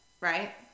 Right